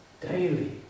daily